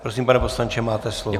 Prosím, pane poslanče, máte slovo.